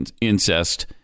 incest